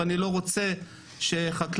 ואני לא רוצה שחקלאי,